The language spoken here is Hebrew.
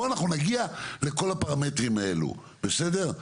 בוא, אנחנו נגיע לכל הפרמטרים האלו, בסדר?